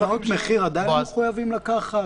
הצעות מחיר עדיין מחויבים לקחת?